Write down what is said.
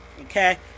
Okay